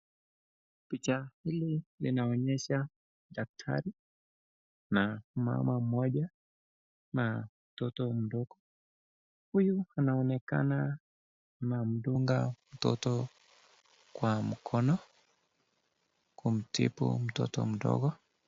Picha hili linaonyesha daktari na mama moja na mtoto mdogo. Huyu anaonekana anamdunga mtoto kwa mkono kumtibu mtoto mdogo.